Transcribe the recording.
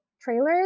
trailers